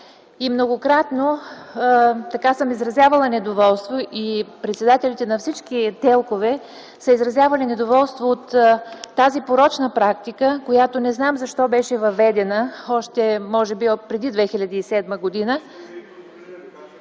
Многократно съм изразявала недоволство и председателите на всички ТЕЛК-ове са изразявали недоволство от тази порочна практика, която не знам защо беше въведена още преди 2007 г.